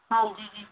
ਹਾਂਜੀ ਜੀ